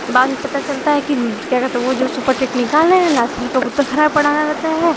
बाद में पता चलता है कि क्या कहते वो जो सुपर टेट निकाल लें लास्ट में तो वो तो खड़ा पढ़ाना होता है